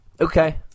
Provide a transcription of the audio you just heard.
Okay